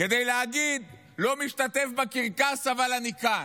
כדי להגיד: לא משתתף בקרקס, אבל אני כאן.